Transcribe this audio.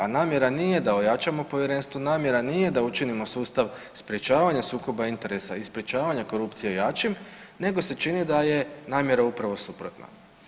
A namjera nije da ojačamo povjerenstvo, namjera nije da učinimo sustav sprječavanja sukoba interesa i sprječavanja korupcije jačim nego se čini da je namjera upravo suprotna.